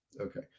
Okay